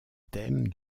thème